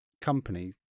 company